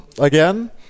again